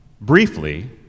briefly